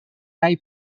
hai